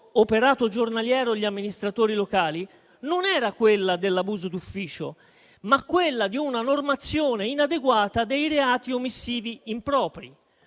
operato giornaliero gli amministratori locali non era quella dell'abuso d'ufficio, ma quella di una normazione inadeguata dei reati omissivi impropri,